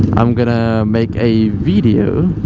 i'm gonna make a video